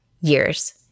years